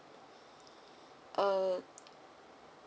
uh